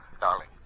Darling